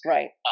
Right